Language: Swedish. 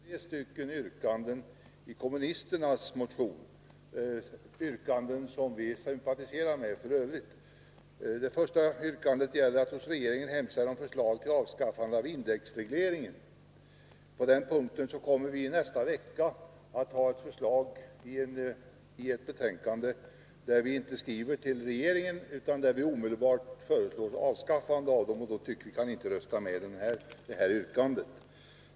Herr talman! Jag vill bara förklara varför vi socialdemokrater i skatteutskottet inte har reserverat oss till förmån för tre yrkanden i kommunisternas motion — yrkanden som vi f. ö. sympatiserar med. Det första yrkandet gäller att riksdagen hos regeringen skall hemställa om förslag till avskaffande av indexregleringen. På den punkten kommer vi i nästa vecka att ha ett förslag i ett betänkande, där vi inte hemställer att riksdagen skall skriva till regeringen utan omedelbart föreslå avskaffande av regleringen, och då tycker vi att vi inte kan rösta för det nu aktuella yrkandet.